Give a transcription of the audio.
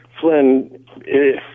Flynn